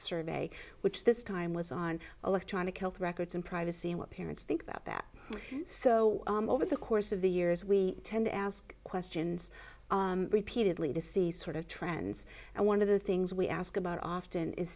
survey which this time was on electronic health records and privacy and what parents think about that so over the course of the years we tend to ask questions repeatedly to see sort of trends and one of the things we ask about often is